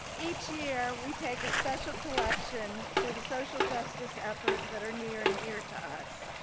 each year, we take a special collection for the social justice efforts that are near and dear to us.